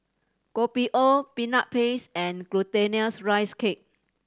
Kopi O Peanut Paste and Glutinous Rice Cake